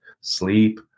sleep